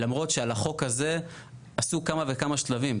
למרות שעל החוק הזה עשו כמה וכמה שלבים.